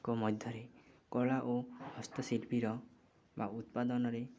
ଙ୍କ ମଧ୍ୟରେ କଳା ଓ ହସ୍ତଶିଳ୍ପୀର ବା ଉତ୍ପାଦନରେ